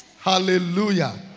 Hallelujah